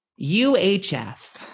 UHF